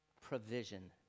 provision